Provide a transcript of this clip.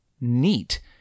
neat